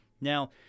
Now